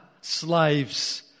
slaves